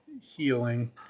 healing